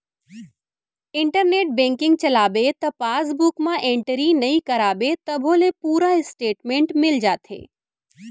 internet banking चलाबे त passbook म एंटरी नइ कराबे तभो ले पूरा इस्टेटमेंट मिल जाथे